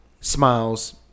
smiles